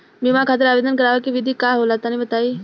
बीमा खातिर आवेदन करावे के विधि का होला तनि बताईं?